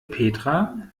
petra